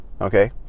okay